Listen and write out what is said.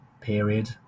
period